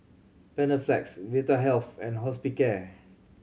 Panaflex Vitahealth and Hospicare